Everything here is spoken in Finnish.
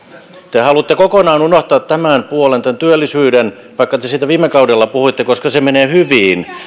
te haluatte kokonaan unohtaa tämän puolen tämän työllisyyden vaikka te siitä viime kaudella puhuitte koska siinä menee hyvin